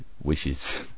wishes